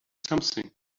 something